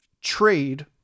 trade